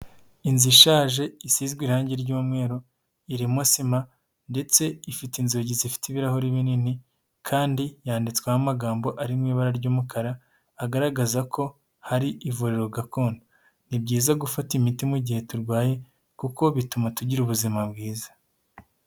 Inzu ishaje isizwe irangi ry'umweru irimo sima ndetse ifite inzugi zifite ibirahuri binini kandi yanditsweho amagambo ari mu ibara ry'umukara agaragaza ko hari ivuriro gakondo, ni byiza gufata imiti mu gihe turwaye kuko bituma tugira ubuzima bwiza.